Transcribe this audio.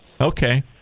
okay